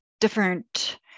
different